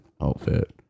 outfit